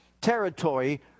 territory